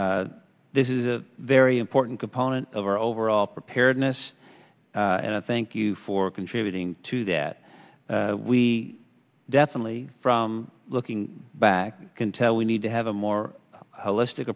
this is a very important component of our overall preparedness and i thank you for contributing to that we definitely from looking back i can tell we need to have a more holistic